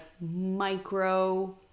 micro